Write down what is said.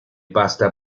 pasta